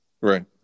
Right